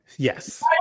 Yes